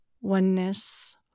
oneness